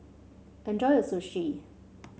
enjoy your Sushi